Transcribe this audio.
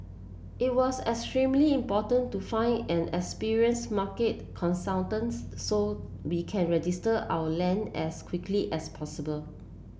it was extremely important to find an experienced market consultants so we can register our land as quickly as possible